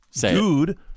dude